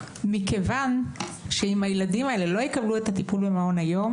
מכיוון שאם הילדים האלה לא יקבלו את הטיפול ממעון היום